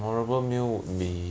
horrible meal meh